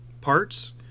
parts